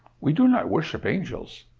we do not worship angels,